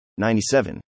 97